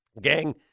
Gang